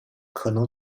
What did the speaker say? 可能